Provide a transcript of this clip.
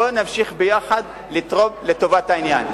בוא נמשיך ביחד לתרום לטובת העניין.